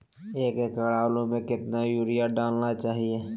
एक एकड़ आलु में कितना युरिया डालना चाहिए?